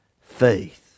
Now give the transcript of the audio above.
Faith